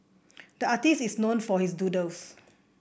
the artist is known for his doodles